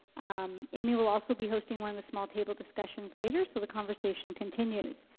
um, amy will also be hosting one of the small table discussions later. so the conversation continues.